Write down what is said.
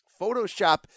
Photoshop